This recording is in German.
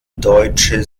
deutsche